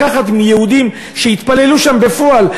לקחת מיהודים שהתפללו שם בפועל,